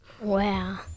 Wow